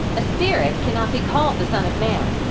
a spirit cannot be called the son of man.